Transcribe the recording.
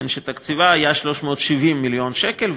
תקציבה היה 370 מיליון שקל,